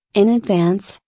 in advance,